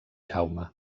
jaume